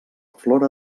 flora